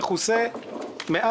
להבדיל מקרן הגז, כאן